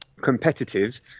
competitive